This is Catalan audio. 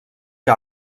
que